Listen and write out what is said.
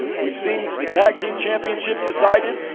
weve seen the tag team championships decided,